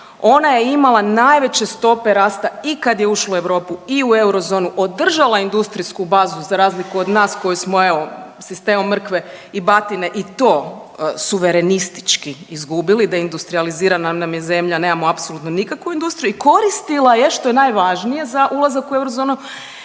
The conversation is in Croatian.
ona je imala najveće stope rasta i kad je ušla u Europu i u eurozonu, održala je industrijsku bazu za razliku od nas koji smo evo sistemom mrkve i batine i to suverenistički izgubili da je industrijalizirana nam je zemlja nemamo apsolutno nikakvu industriju i koristila je što je najvažnije za ulazak u eurozonu